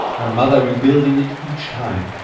her mother rebuilding it each time.